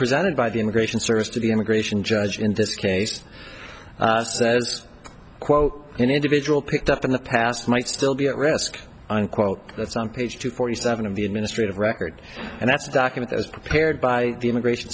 presented by the immigration service to the immigration judge in this case says quote an individual picked up in the past might still be at risk unquote that's on page two forty seven of the administrative record and that's the document was prepared by the immigration